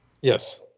Yes